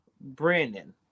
Brandon